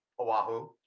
Oahu